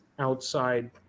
outside